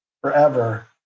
forever